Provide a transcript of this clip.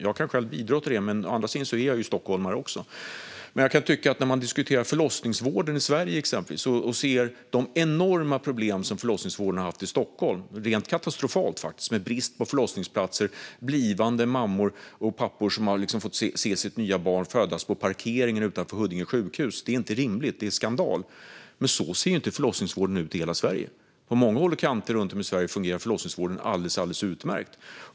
Jag kan själv bidra till det, men å andra sidan är jag ju stockholmare. Man kan diskutera exempelvis förlossningsvården i Sverige och de enorma problem som förlossningsvården har haft i Stockholm. Det är rent katastrofalt faktiskt, med brist på förlossningsplatser och blivande mammor och pappor som fått se sitt nya barn födas på parkeringen utanför Huddinge sjukhus. Det är inte rimligt, utan det är skandal. Men så ser inte förlossningsvården ut i hela Sverige. På många håll och kanter runt om i landet fungerar förlossningsvården alldeles utmärkt.